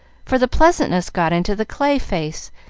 for the pleasantness got into the clay face,